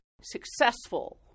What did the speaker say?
successful